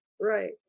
right